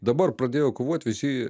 dabar pradėjo kovot visi